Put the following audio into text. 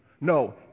No